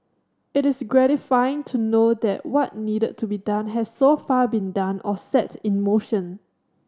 it is gratifying to know that what needed to be done has so far been done or set in motion